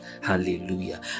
Hallelujah